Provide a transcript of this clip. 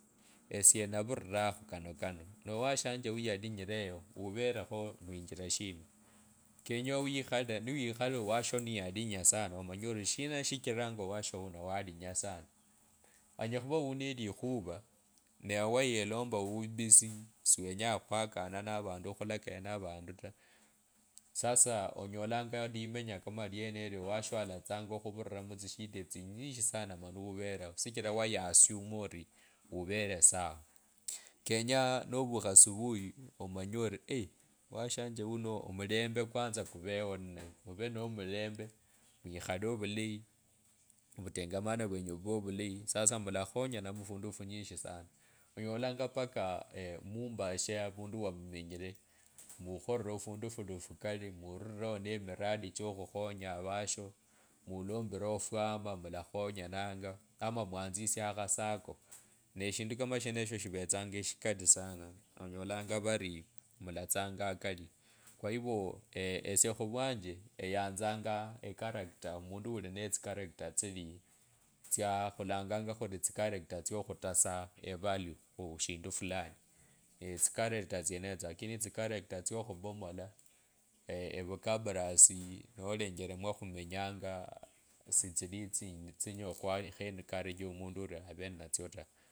Esie navira khukano na owashanje yalinyireyo uverekho muinjira shina kenye niwikhale owasho niyalinya sana omanye oli shina shichiranga owasho uno yalinya sana onyala khuvaa unende likhuva newelomba uu bisi siwenya nakanana ne vandu khulakaya na vandu taa sasa onyalanga limenya kama elienelo washo alatsanga khururiraa mutsisha tsinyishi sana mani aveleo sijila wayasuma ori uvele sawa kenyaa novukha subuyi omanye ori washangae uno mulembe kwanza kuveo ni neye muvee no mulembe mwikhale vulayi vutengemano vyenyu vee vulayi, sasa mulakhonyana mufunda funyishi sana onyelanga bakaa aa mumbashe avundu wa mumenyire mukhirire ofundu fuli fukali mururuo ne mirasi cha akhurisyo nya avatsyo mulombile ofwama mulakhunge nanga, ama mwatsisie akhasacco neshindu kama shenetsyo shivetsanga eshikali sana, onyolanga varii mulatsanga akali hivyo esie khuvuanye eyanzanga echarector mundu ulinende ekaracter tsili tsaa khulanganga khurii isikatarecta tsyenetyo lakini tsicharacta tsino khipomola evukabarasi nolenjele nwakhumenyanga sitsili tsili tsinyela khweniksreja omundu ori avee ninetso taa.